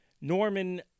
Norman